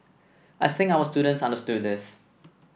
I think our students understood this